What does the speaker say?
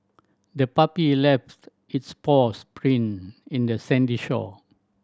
the puppy left its paws print in the sandy shore